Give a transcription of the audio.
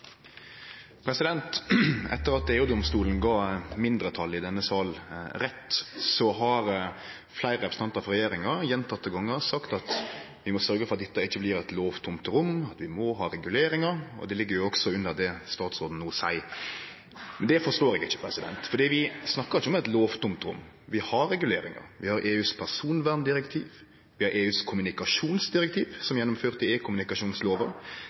Etter at EU-domstolen gav mindretalet i denne salen rett, har fleire representantar frå regjeringa gjentekne gonger sagt at vi må sørgje for at dette ikkje blir eit lovtomt rom, at vi må ha reguleringar. Det ligg jo også under det statsråden no seier. Men det forstår eg ikkje. For vi snakkar ikkje om eit lovtomt rom. Vi har reguleringar. Vi har EUs personverndirektiv, vi har EUs kommunikasjonsdirektiv, som er gjennomført i